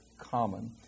common